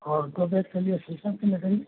और दो बेड के लिए शीशम की लकड़ी